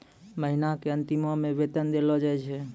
महिना के अंतिमो मे वेतन देलो जाय छै